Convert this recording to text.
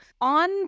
on